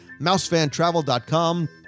MouseFanTravel.com